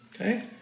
Okay